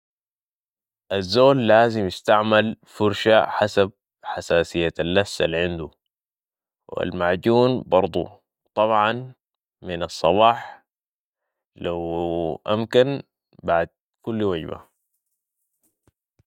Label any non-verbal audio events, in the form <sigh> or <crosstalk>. الزول لازم يستعمل فرشة حسب حساسية اللسة العنود و المعجون برضو و طبعاً من الصباح لو <hesitation> امكن بعد كل وجبة